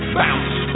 bounce